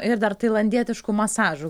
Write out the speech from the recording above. ir dar tailandietiškų masažų